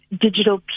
digital